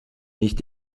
nicht